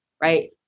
right